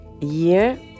year